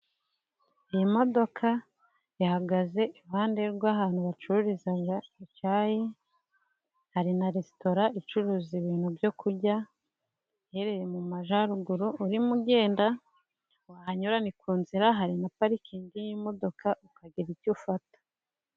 Iyi modoka ihagaze iruhande rw'ahantu bacururizaga icyayi, hari na resitora icuruza ibintu byo kujya uhererereye mu majyaruguru, urimo ugenda wahanyurana ni ku nzira, hari na parikingi y'imodoka ukagira icyo ufata.